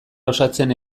osatzen